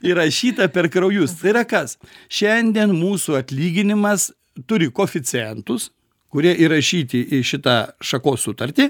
įrašyta per kraujus tai yra kas šiandien mūsų atlyginimas turi koeficientus kurie įrašyti į šitą šakos sutartį